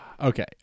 Okay